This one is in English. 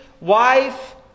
wife